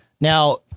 Now